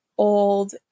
old